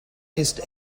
ist